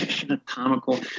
Anatomical